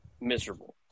miserable